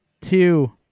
two